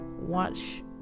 watch